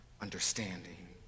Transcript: understanding